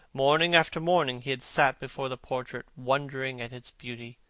morning after morning he had sat before the portrait wondering at its beauty,